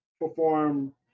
perform